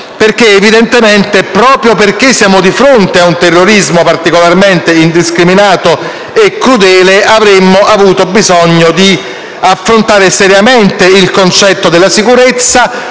perché evidentemente ci troviamo di fronte ad un terrorismo particolarmente indiscriminato e crudele, avremmo avuto bisogno di affrontare seriamente il concetto di sicurezza,